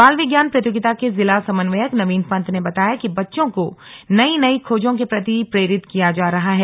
बाल विज्ञान प्रतियोगिता के जिला समन्वयक नवीन पंत ने बताया कि बच्चों को नई नई खोजों के प्रति प्रेरित किया जा रहा है